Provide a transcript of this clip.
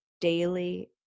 daily